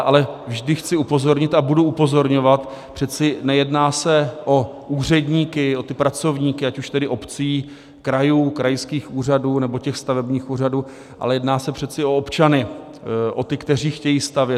Ale vždy chci upozornit a budu upozorňovat, přeci nejedná se o úředníky, o ty pracovníky, ať už tedy obcí, krajů, krajských úřadů, nebo stavebních úřadů, ale jedná se přeci o občany, o ty, kteří chtějí stavět.